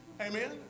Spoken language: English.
Amen